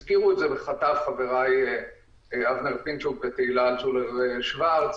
הזכירו את זה בחטף חבריי אבנר פינצ'וק ותהילה שוורץ-אלטשולר.